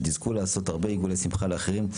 שתזכו לעשות הרבה עיגולי שמחה לאחרים.